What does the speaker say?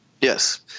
Yes